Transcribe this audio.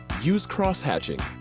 use cross-hatching,